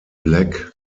black